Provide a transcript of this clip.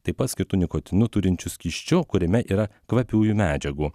taip pat skirtu nikotinu turinčiu skysčiu kuriame yra kvapiųjų medžiagų